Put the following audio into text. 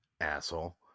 asshole